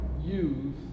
use